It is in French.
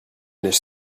neige